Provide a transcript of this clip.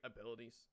abilities